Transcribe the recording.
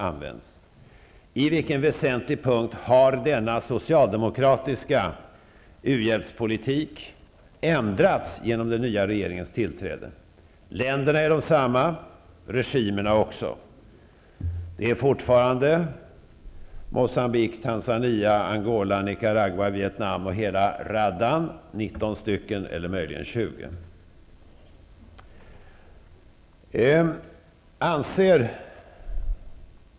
På vilken väsentlig punkt har denna socialdemokratiska uhjälpspolitik ändrats genom den nya regeringens tillträde? Länderna är desamma, regimerna också. Det är fortfarande Moçambique, Tanzania, eller möjligen 20 stycken.